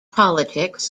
politics